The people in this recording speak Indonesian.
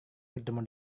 bertemu